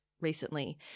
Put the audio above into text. recently